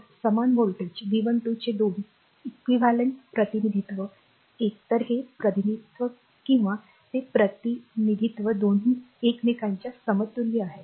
तर समान voltage V12 चे दोन equivalent समतुल्य प्रतिनिधित्व एकतर हे प्रतिनिधित्व किंवा ते प्रतिनिधित्व दोन्ही एकमेकांच्या समतुल्य आहेत